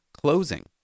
closing